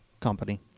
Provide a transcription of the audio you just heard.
company